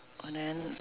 and then